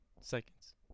Seconds